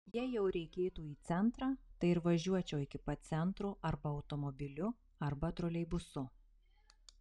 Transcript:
jei jau reikėtų į centrą tai ir važiuočiau iki pat centro arba automobiliu arba troleibusu